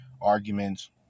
arguments